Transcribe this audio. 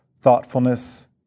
thoughtfulness